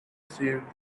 saved